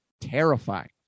terrifying